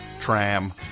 tram